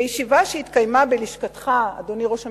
בישיבה שהתקיימה בלשכתך, אדוני ראש הממשלה,